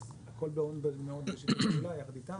אז הכול מאוד בשיתוף פעולה יחד איתם